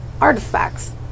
artifacts